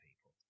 people